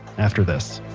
after this